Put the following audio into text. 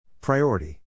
Priority